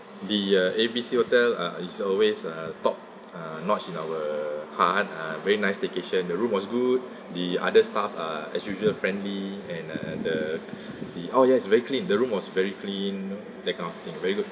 the uh A_B_C hotel uh it's always uh top uh notch in our hearts uh very nice staycation the room was good the other staff are as usual friendly and uh the the oh yes very clean the room was very clean that kind of thing very good